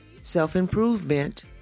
self-improvement